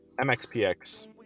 MXPX